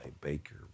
Baker